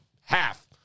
half